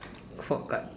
four card